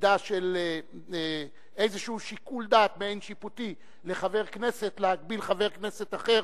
מידה של איזשהו שיקול דעת מעין-שיפוטי לחבר כנסת להגביל חבר כנסת אחר,